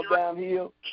downhill